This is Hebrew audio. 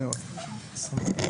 אני מחוות הנוער הציוני.